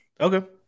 Okay